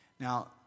Now